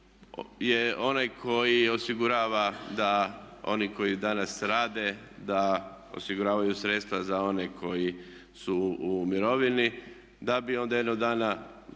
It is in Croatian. je onaj koji osigurava da oni koji danas rade da osiguravaju sredstva za one koji su u mirovini da bi onda jednog dana